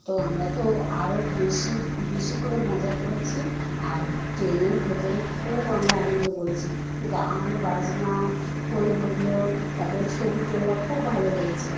তো আমরা তো আরো বেশি বেশি করে মজা করেছি আর ট্রেনের ভেতরে খুব আমরা আনন্দ করেছি গান বাজনা হই হুল্লোড় তারপরে ছবি তোলা খুব ভালো লেগেছে